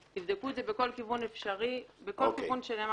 כל דבר שנאמר